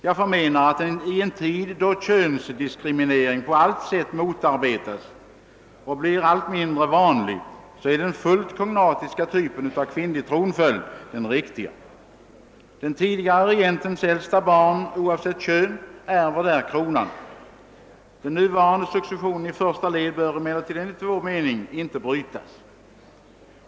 Jag förmenar att i en tid, då könsdiskriminering på allt sätt motarbetas och blir allt mindre vanlig, den fullt kognatiska typen av kvinnlig tronföljd är den riktiga. Den tidigare regentens äldsta barn, oavsett kön, ärver kronan. Den nuvarande successionen i första led bör emellertid enligt vår mening inte brytas.